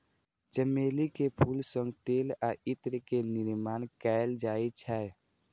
चमेली के फूल सं तेल आ इत्र के निर्माण कैल जाइ छै